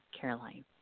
Caroline